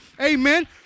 amen